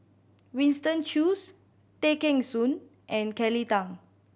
Winston Choos Tay Kheng Soon and Kelly Tang